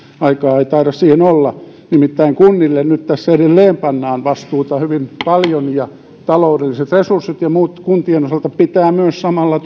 aikaa ei taida siihen olla nimittäin kunnille nyt tässä edelleen pannaan vastuuta hyvin paljon ja taloudelliset resurssit ja muut kuntien osalta pitää myös samalla